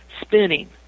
spinning